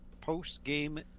post-game